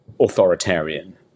authoritarian